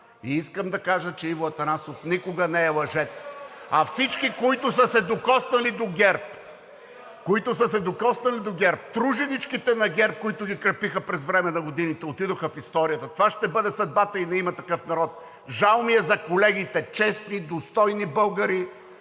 Искам да кажа, че Иво Атанасов никога не е лъжец, а всички, които са се докоснали до ГЕРБ – които са се докоснали до ГЕРБ, труженичките на ГЕРБ, които ги крепиха през време на годините, отидоха в историята. Това ще бъде съдбата и на „Има такъв народ“. Жал ми е за колегите – честни, достойни българи,